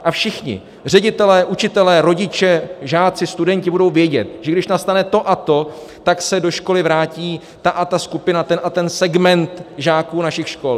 A všichni, ředitelé, učitelé, rodiče, žáci, studenti budou vědět, že když nastane to a to, tak se do školy vrátí ta a ta skupina, ten a ten segment žáků našich škol.